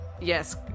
Yes